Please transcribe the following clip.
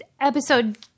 episode